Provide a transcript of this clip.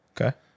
Okay